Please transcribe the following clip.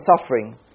suffering